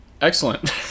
Excellent